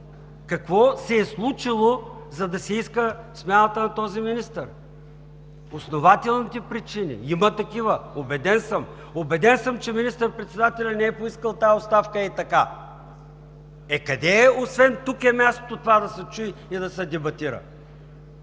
Какво се е случило, за да се иска смяната на този министър – основателните причини? Има такива, убеден съм. Убеден съм, че министър-председателят не е поискал тази оставка хей така. Е, къде освен тук, е мястото това да се чуе и да се дебатира?